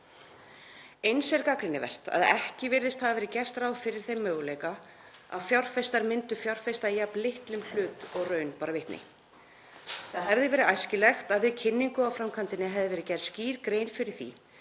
Eins er gagnrýnivert að ekki virðist hafa verið gert ráð fyrir þeim möguleika að fjárfestar myndu fjárfesta í jafn litlum hlut og raun bar vitni. Það hefði verið æskilegt að við kynningu á framkvæmdinni hefði verið gerð skýr grein fyrir því